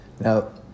Now